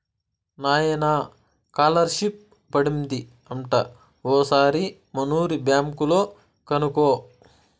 నాయనా కాలర్షిప్ పడింది అంట ఓసారి మనూరి బ్యాంక్ లో కనుకో